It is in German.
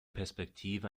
perspektive